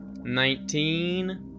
Nineteen